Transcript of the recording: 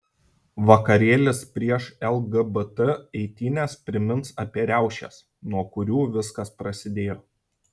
vakarėlis prieš lgbt eitynes primins apie riaušes nuo kurių viskas prasidėjo